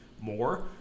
more